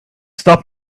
stop